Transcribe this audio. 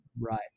right